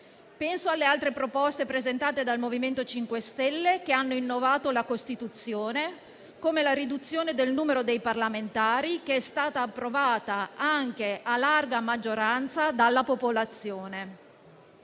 Penso alle altre proposte presentate dal MoVimento 5 Stelle, che hanno innovato la Costituzione, come la riduzione del numero dei parlamentari, che è stata approvata anche a larga maggioranza dalla popolazione.